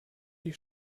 die